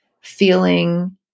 feeling